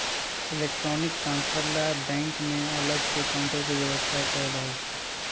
electronic transfer ला bank में अलग से काउंटर के व्यवस्था कएल हई